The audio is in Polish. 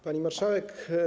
Pani Marszałek!